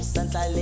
Santa